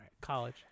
College